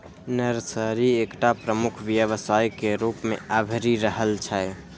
nursery एकटा प्रमुख व्यवसाय के रूप मे अभरि रहल छै